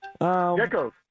Geckos